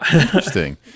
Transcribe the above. Interesting